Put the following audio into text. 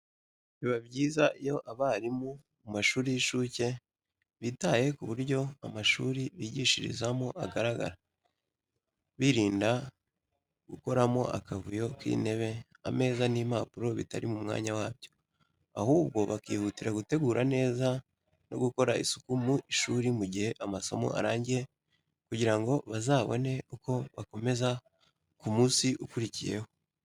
Biba byiza iyo abarimu mu mashuri y’incuke bitaye ku buryo amashuri bigishirizamo agaragara, birinda gukoramo akavuyo k’intebe, ameza n’impapuro bitari mu mwanya wabyo. Ahubwo, bakihutira gutegura neza no gukora isuku mu ishuri mu gihe amasomo arangiye, kugira ngo bazabone uko bakomeza ku munsi ukurikiyeho.